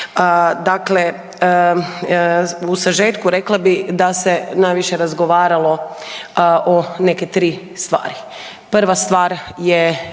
Dakle, u sažetku rekla bih da se najviše razgovaralo o neke tri stvari. Prva stvar je